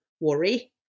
worry